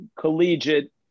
collegiate